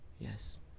Yes